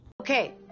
okay